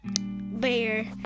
Bear